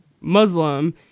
Muslim